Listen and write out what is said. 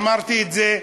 אמרתי את זה,